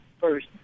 first